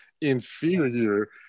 inferior